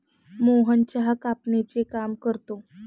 मोहन चहा कापणीचे काम करतो